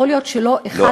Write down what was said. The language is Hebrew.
יכול להיות שלא אחד לאחד,